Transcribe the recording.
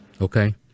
okay